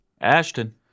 Ashton